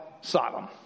Sodom